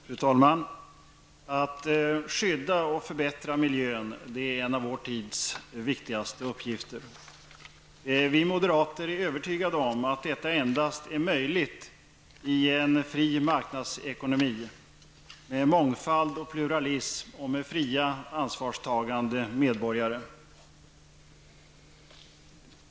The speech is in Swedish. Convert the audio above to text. Fru talman! Att skydda och förbättra miljön är en av vår tids viktigaste uppgifter. Vi moderater är övertygade om att detta endast är möjligt i en fri marknadsekonomi med mångfald och pluralism och med fria, ansvarstagande medborgare.